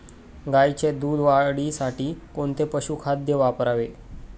गाईच्या दूध वाढीसाठी कोणते पशुखाद्य वापरावे?